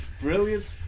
Brilliant